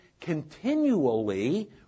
continually